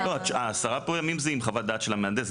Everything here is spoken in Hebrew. ה-10 ימים פה זה עם חוות דעת של המהנדס,